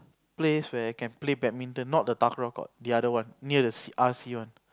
place where can play badminton not the court the other one near the C_R_C one